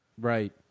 Right